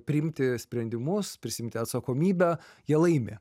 priimti sprendimus prisiimti atsakomybę jie laimi